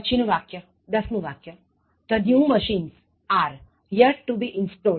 પછીનું વાક્ય the new machineries are yet to be installed